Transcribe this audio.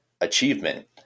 achievement